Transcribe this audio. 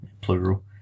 plural